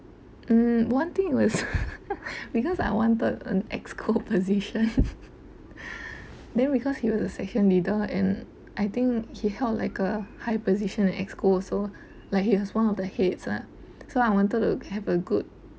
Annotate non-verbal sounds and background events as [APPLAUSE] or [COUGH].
mm one thing was [LAUGHS] because I wanted an EXCO position [LAUGHS] then because he was the section leader and I think he held like a high position in EXCO also like he was one of the heads ah so I wanted to have a good